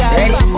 ready